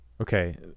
Okay